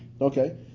Okay